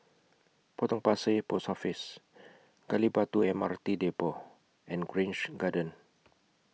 Potong Pasir Post Office Gali Batu M R T Depot and Grange Garden